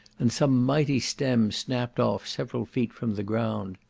and some mighty stems snapt off several feet from the ground.